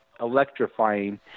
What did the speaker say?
electrifying